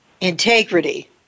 integrity